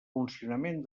funcionament